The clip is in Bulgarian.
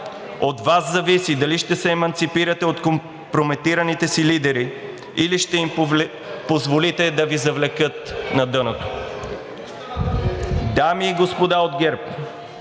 От Вас зависи дали ще се еманципирате от компрометираните си лидери, или ще им позволите да Ви завлекат на дъното. (Шум и реплики.) Дами